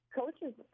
coaches